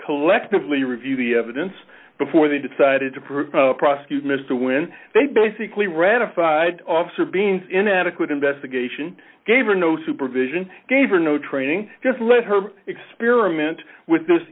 collectively review the evidence before they decided to prove prosecute mr when they basically ratified officer beings inadequate investigation gave her no supervision gave her no training just let her experiment with th